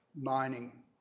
mining